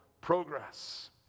progress